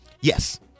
Yes